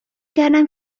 کردم